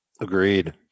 Agreed